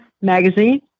magazine